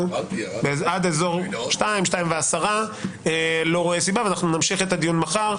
עד אזור 14:10 ונמשיך את הדיון מחר.